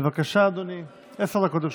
בבקשה, אדוני, עשר דקות לרשותך.